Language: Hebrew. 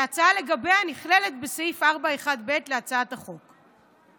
שהצעה לגביה נכללת בסעיף 4(1)(ב) להצעת החוק.